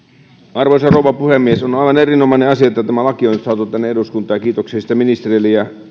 arvoisa rouva puhemies on aivan erinomainen asia että tämä laki on saatu tänne eduskuntaan ja kiitoksia siitä ministerille ja